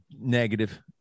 negative